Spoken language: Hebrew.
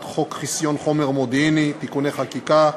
חוק חסיון חומר מודיעיני (תיקוני חקיקה),